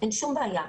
אין שום בעיה.